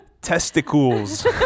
testicles